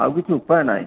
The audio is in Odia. ଆଉ କିଛି ଉପାୟ ନାହିଁ